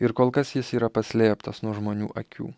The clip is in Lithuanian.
ir kol kas jis yra paslėptas nuo žmonių akių